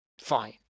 Fine